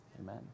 amen